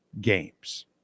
games